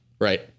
Right